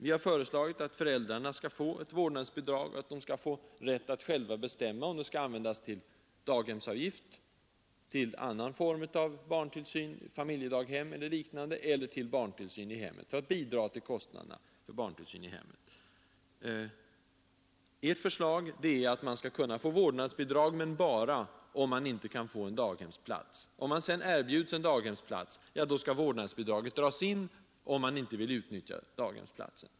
Vi har föreslagit att föräldrarna skall få ett vårdnadsbidrag och att de skall få rätt att själva bestämma om det skall användas till daghemsavgift, till familjedaghem eller liknande eller för att bidra till kostnaderna för barntillsyn i hemmet. Ert förslag är att man skall kunna få vårdnadsbidrag men bara om man inte kan få en daghemsplats. Om man sedan erbjuds en daghemsplats och inte vill utnyttja den, skall vårdnadsbidraget dras in.